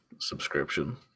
subscription